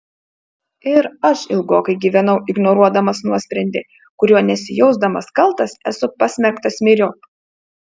ir aš ilgokai gyvenau ignoruodamas nuosprendį kuriuo nesijausdamas kaltas esu pasmerktas myriop